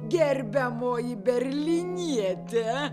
gerbiamoji berlyniete